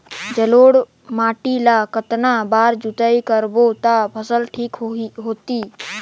जलोढ़ माटी ला कतना बार जुताई करबो ता फसल ठीक होती?